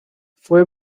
fue